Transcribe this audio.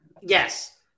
yes